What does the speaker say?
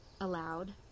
Aloud